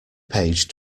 page